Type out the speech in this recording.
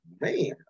Man